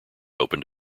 opened